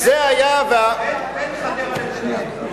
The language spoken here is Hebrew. זה היה, בין חדרה לתל-אביב.